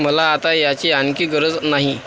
मला आता याची आणखी गरज नाही